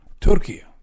Turkey